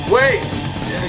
Wait